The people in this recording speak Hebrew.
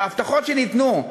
ההבטחות שניתנו,